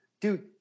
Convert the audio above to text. dude